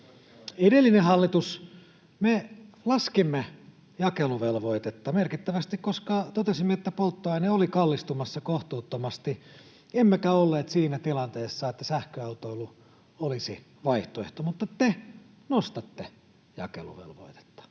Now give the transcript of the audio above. Edellinen hallitus laski jakeluvelvoitetta merkittävästi, koska totesimme, että polttoaine oli kallistumassa kohtuuttomasti, emmekä olleet siinä tilanteessa, että sähköautoilu olisi vaihtoehto, mutta te nostatte jakeluvelvoitetta.